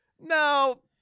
no